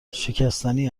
شکستنی